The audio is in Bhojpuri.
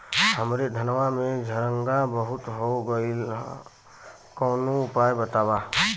हमरे धनवा में झंरगा बहुत हो गईलह कवनो उपाय बतावा?